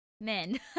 men